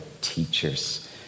teachers